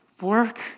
Work